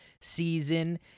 season